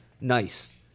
nice